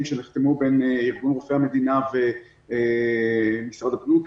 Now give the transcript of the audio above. שנחתמו בין ארגון רופאי המדינה ומשרד הבריאות,